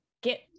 get